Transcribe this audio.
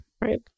right